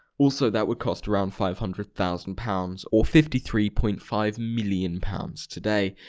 also, that would cost around five hundred thousand pounds, or fifty three point five million pounds today!